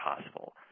possible